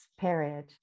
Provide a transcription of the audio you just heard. period